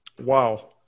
Wow